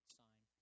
sign